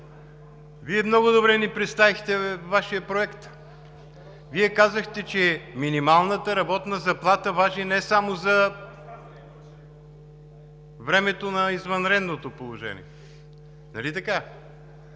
много добре ни представихте Вашия проект. Вие казахте, че минималната работна заплата важи не само за времето на извънредното положение, нали така?